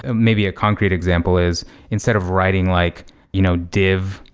ah maybe a concrete example is instead of writing like you know div,